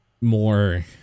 more